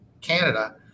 Canada